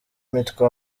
imitwe